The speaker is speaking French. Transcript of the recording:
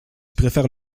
préfères